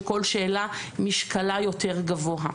שכל שאלה נשקלה יותר גבוה,